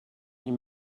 you